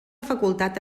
facultat